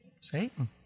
Satan